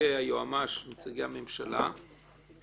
נציגי היועמ"ש, נציגי הממשלה.